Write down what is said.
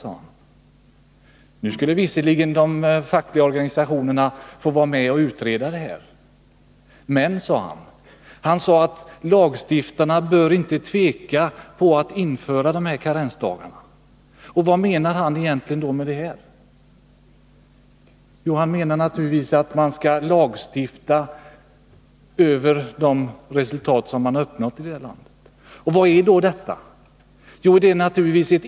Visserligen skulle de fackliga organisationerna få vara med och utreda den frågan, men lagstiftarna bör inte tveka, sade han, när det gäller att införa de här karensdagarna. Och vad menar han egentligen med detta? Jo, naturligtvis att vi skall lagstifta över de resultat som redan har uppnåtts. Och vad är det då fråga om?